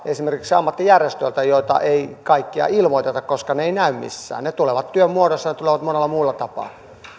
esimerkiksi ammattijärjestöiltä joita ei kaikkia ilmoiteta koska ne eivät näy missään ne tulevat työn muodossa ja tulevat monella muulla tapaa